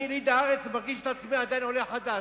אני יליד הארץ ומרגיש את עצמי עדיין עולה חדש.